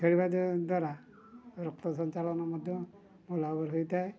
ଖେଳିବା ଦ୍ୱାରା ରକ୍ତ ସଞ୍ଚାଳନ ମଧ୍ୟ ଭଲ ଭାବରେ ହୋଇଥାଏ